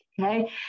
Okay